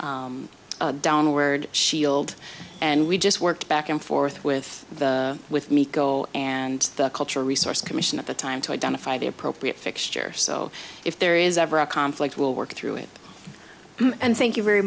lighting downward shield and we just worked back and forth with the with mico and the culture resource commission at the time to identify the appropriate fixture so if there is ever a conflict will work through it and thank you very